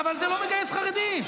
אחרי ההסתבכות,